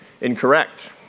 Incorrect